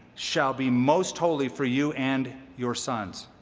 shall be most holy for you and your sons.